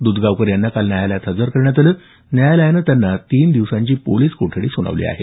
द्धगावकर यांना काल न्यायालयात हजर करण्यात आलं न्यायालयानं त्यांना तीन दिवसांची पोलिस कोठडी सुनावली आहे